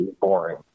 boring